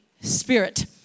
spirit